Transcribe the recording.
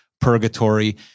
purgatory